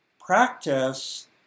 practice